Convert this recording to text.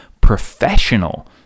professional